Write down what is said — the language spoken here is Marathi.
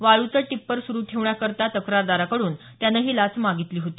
वाळूचं टिप्पर सुरू ठेवण्याकरता तक्रारदाराकडून त्यानं ही लाच मागितली होती